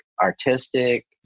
artistic